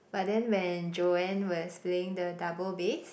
but then when Joann was playing the double bass